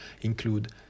include